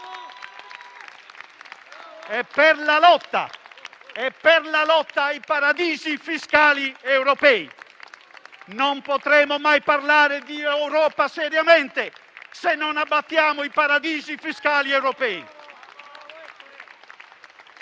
e per la lotta ai paradisi fiscali europei. Non potremo mai parlare di Europa seriamente se non abbattiamo i paradisi fiscali